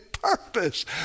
purpose